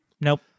Nope